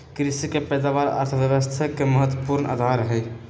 कृषि के पैदावार अर्थव्यवस्था के महत्वपूर्ण आधार हई